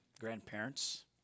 grandparents